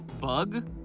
Bug